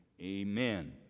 amen